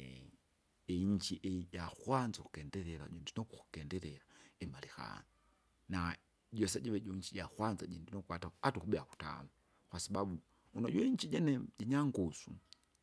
iinchi ijakwanza ukukendelela jundinuku ukukendelela, imarekani, na jusa jive ju iinchi jakwanza jindinukwa ata ata ukubea kutamu, kwasababu unu juinchi jene jinyangusu.